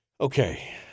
Okay